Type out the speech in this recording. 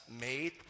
made